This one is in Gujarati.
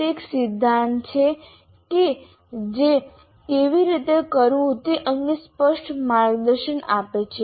તે એક સિદ્ધાંત છે જે કેવી રીતે કરવું તે અંગે સ્પષ્ટ માર્ગદર્શન આપે છે